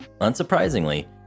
unsurprisingly